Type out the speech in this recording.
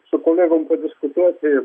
su kolegom padiskutuoti